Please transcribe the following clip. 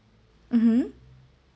mmhmm